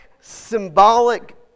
symbolic